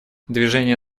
движение